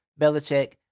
Belichick